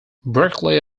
berklee